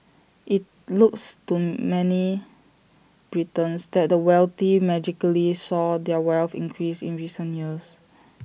IT looks to many Britons that the wealthy magically saw their wealth increase in recent years